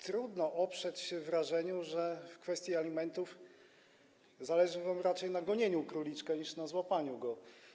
Trudno oprzeć się wrażeniu, że w kwestii alimentów zależy wam raczej na gonieniu króliczka niż na złapaniu go.